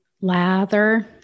lather